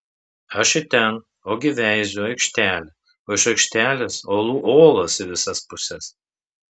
aš į ten ogi veiziu aikštelė o iš aikštelės olų olos į visas puses